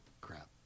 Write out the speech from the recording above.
crap